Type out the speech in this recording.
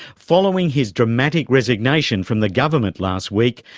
following his dramatic resignation from the government last week,